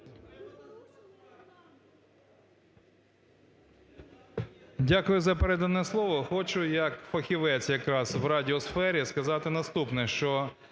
Дякую за передане слово. Хочу як фахівець якраз в радіосфері сказати наступне, що,